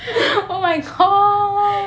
oh my god